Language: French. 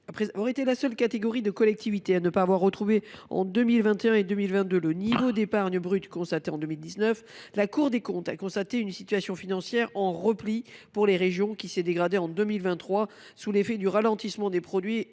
région a été la seule catégorie de collectivités à ne pas avoir retrouvé, en 2021 et 2022, le niveau d’épargne brute constaté en 2019, la Cour des comptes a constaté « une situation financière en repli »,« qui s’est dégradée en 2023 sous l’effet du ralentissement des produits et